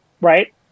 right